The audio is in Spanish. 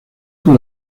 con